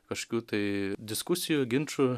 kažkokių tai diskusijų ginčų